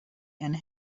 and